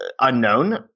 unknown